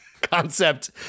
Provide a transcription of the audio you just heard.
concept